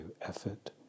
effort